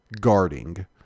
guarding